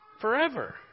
forever